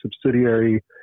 subsidiary